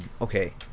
Okay